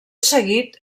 seguit